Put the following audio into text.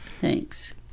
thanks